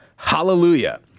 Hallelujah